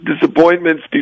disappointments